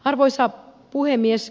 arvoisa puhemies